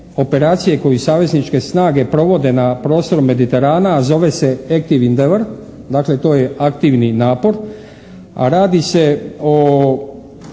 operacije koju savezničke snage provode na prostoru Mediterana a zove se "Active endeavour" dakle to je aktivni napor a radi se o